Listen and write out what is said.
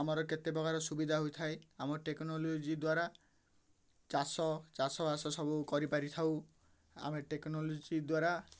ଆମର କେତେ ପ୍ରକାର ସୁବିଧା ହୋଇଥାଏ ଆମ ଟେକ୍ନୋଲୋଜି ଦ୍ୱାରା ଚାଷ ଚାଷ ବାସ ସବୁ କରିପାରିଥାଉ ଆମେ ଟେକ୍ନୋଲୋଜି ଦ୍ୱାରା